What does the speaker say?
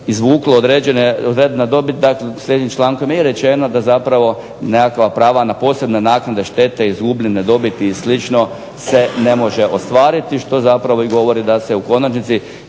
izvuklo određena vrijedna dobit, dakle s jednim člankom je rečeno da zapravo nekakva prava na posebne naknade štete, izgubljene dobiti i slično se ne može ostvariti što zapravo i govori da se u konačnici